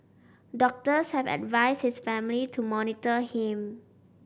doctors have advised his family to monitor him